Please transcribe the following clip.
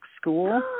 school